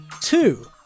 two